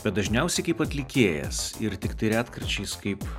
bet dažniausiai kaip atlikėjas ir tiktai retkarčiais kaip